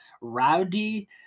rowdy